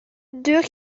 deux